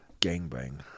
gangbang